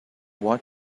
what